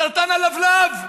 סרטן הלבלב.